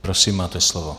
Prosím, máte slovo.